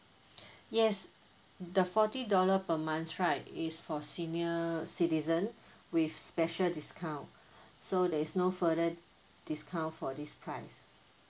yes the forty dollar per month right is for senior citizen with special discount so there is no further discount for this price